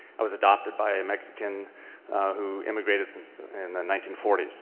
i was adopted by a mexican who immigrated in the nineteen forty s.